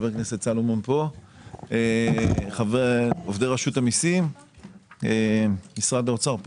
סלומון, עובדי רשות המיסים, משרד האוצר,